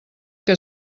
que